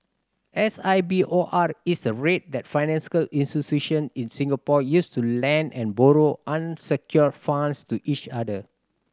S I B O R is the rate that institution in Singapore use to lend and borrow unsecured funds to each other